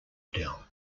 adele